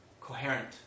coherent